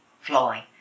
flowing